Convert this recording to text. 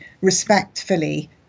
respectfully